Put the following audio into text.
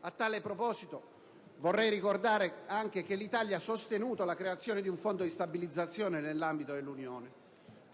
A tale proposito, vorrei ricordare anche che l'Italia ha sostenuto la creazione di un Fondo di stabilizzazione nell'ambito dell'Unione